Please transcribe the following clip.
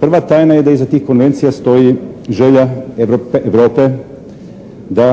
Prva tajna je da iza tih konvencija stoji želja Europe da